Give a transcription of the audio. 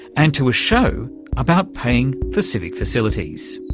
and to a show about paying for civic facilities.